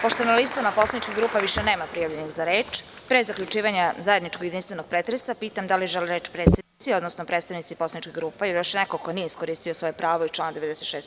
Pošto na listama poslaničkih grupa više nema prijavljenih za reč, pre zaključivanja zajedničkog jedinstvenog pretresa, pitam da li žele reč predsednici, odnosno predstavnici poslaničkih grupa ili još neko ko nije iskoristio svoje pravo iz člana 96.